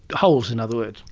holes, in other words.